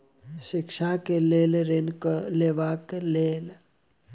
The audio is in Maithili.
शिक्षा केँ लेल लऽ ऋण लेबाक अई केना आवेदन करै पड़तै ऑनलाइन मे या ऑफलाइन मे बता दिय अच्छा सऽ?